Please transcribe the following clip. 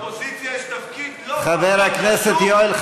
לאופוזיציה יש תפקיד לא פחות חשוב מהקואליציה.